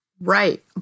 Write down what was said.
Right